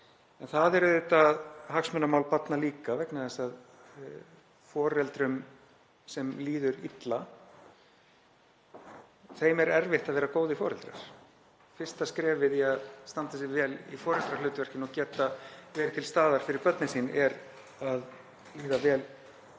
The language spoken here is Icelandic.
en það er auðvitað hagsmunamál barna líka vegna þess að foreldrum sem líður illa er erfitt að vera góðir foreldrar. Fyrsta skrefið í að standa sig vel í foreldrahlutverkinu og geta verið til staðar fyrir börnin sín er að líða vel